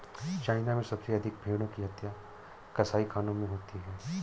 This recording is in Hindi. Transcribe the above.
चाइना में सबसे अधिक भेंड़ों की हत्या कसाईखानों में होती है